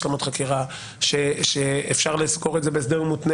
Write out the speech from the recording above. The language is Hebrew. השלמות חקירה; שאפשר לסגור את זה בהסדר מותנה